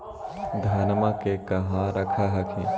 धनमा के कहा रख हखिन?